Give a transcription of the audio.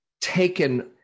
taken